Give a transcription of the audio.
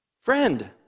friend